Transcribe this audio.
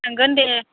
थांगोन दे